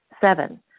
Seven